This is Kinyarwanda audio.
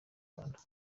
rwanda